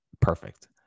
perfect